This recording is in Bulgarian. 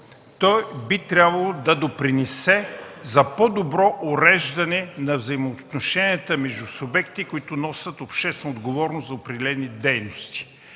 той би трябвало да допринесе за по-добро уреждане на взаимоотношенията между субекти, които носят обществена отговорност за определени дейности.